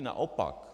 Naopak.